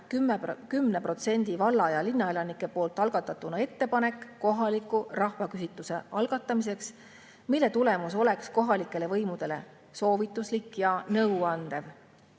10% valla‑ ja linnaelanike poolt algatatuna ettepanek kohaliku rahvaküsitluse algatamiseks, mille tulemus oleks kohalikele võimudele soovituslik ja nõuandev.